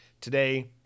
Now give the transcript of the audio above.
today